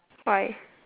why